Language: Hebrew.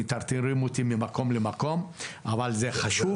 מטרטרים אותי ממקום למקום אבל זה חשוב.